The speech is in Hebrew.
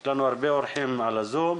יש לנו הרבה אורחים בזום,